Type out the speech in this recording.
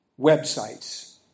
websites